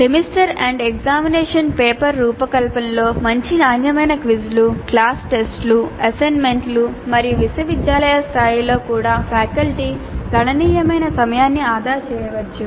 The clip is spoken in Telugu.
సెమిస్టర్ ఎండ్ ఎగ్జామినేషన్ పేపర్ రూపకల్పనలో మంచి నాణ్యమైన క్విజ్లు క్లాస్ టెస్ట్లు అసైన్మెంట్లు మరియు విశ్వవిద్యాలయ స్థాయిలో కూడా ఫ్యాకల్టీ గణనీయమైన సమయాన్ని ఆదా చేయవచ్చు